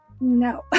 No